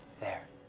there.